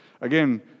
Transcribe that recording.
Again